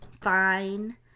fine